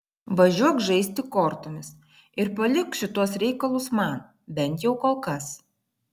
važiuok žaisti kortomis ir palik šituos reikalus man bent jau kol kas